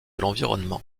l’environnement